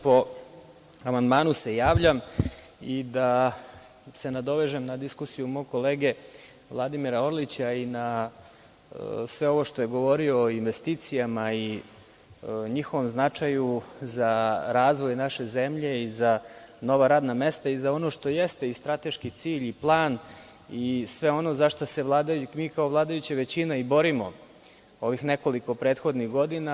Po amandmanu se javljam i da se nadovežem na diskusiju mog kolege Vladimira Orlića i na sve ovo što je govorio o investicijama i njihovom značaju za razvoj naše zemlje i za nova radna mesta i za ono što jeste i strateški cilj i plan i sve ono za šta se mi kao vladajuće većina i borimo ovih nekoliko prethodnih godina.